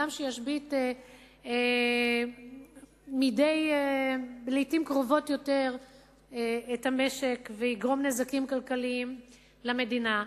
אדם שישבית לעתים קרובות יותר את המשק ויגרום נזקים כלכליים למדינה.